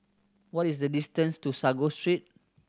what is the distance to Sago Street